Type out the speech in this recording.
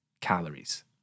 calories